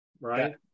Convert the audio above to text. Right